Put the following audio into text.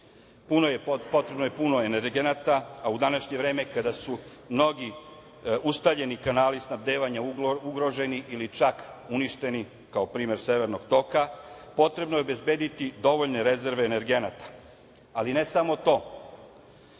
potrebno je puno energenata, a u današnje vreme kada su mnogi ustaljeni kanali snabdevanja ugroženi, ili čak uništeni, kao primer Severnog toka, potrebno je obezbediti dovoljne rezerve energenata, ali ne samo to,